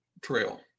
trail